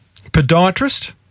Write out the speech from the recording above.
podiatrist